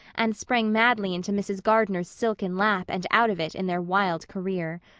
and sprang madly into mrs. gardner's silken lap and out of it in their wild career.